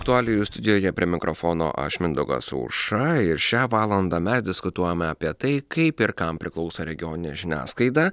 aktualijų studijoje prie mikrofono aš mindaugas aušra ir šią valandą mes diskutuojame apie tai kaip ir kam priklauso regioninė žiniasklaida